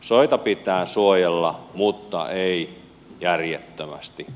soita pitää suojella mutta ei järjettömästi